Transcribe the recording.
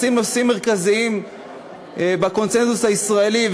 לשים נושאים מרכזיים בקונסנזוס הישראלי,